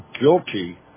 guilty